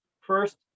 first